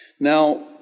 Now